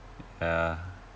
ya